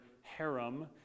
harem